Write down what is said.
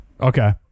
okay